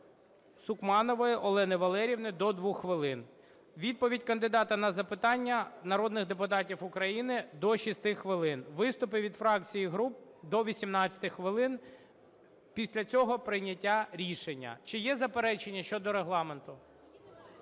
Сукманової Олени Валеріївни – до 2 хвилин, відповідь кандидата на запитання народних депутатів України – до 6 хвилин, виступи від фракцій і груп – до 18 хвилин. Після цього прийняття рішення. Чи є заперечення щодо регламенту?